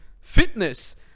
fitness